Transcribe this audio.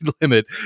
limit